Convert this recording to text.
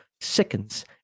sickens